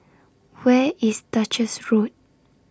Where IS Duchess Road